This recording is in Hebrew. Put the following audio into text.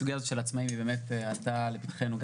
הסוגיה הזאת של העצמאים היא באמת עלתה לפתחנו,